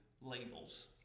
labels